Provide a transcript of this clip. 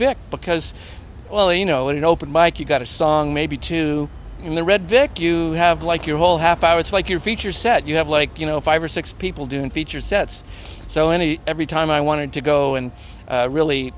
vic because well you know in an open mike you got a song maybe two in the red vic you have like your whole half hour it's like you're feature set you have like you know five or six people doing feature sets so any every time i wanted to go and really